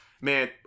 Man